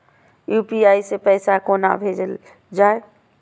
UPI सै पैसा कोना भैजल जाय?